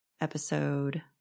episode